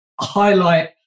highlight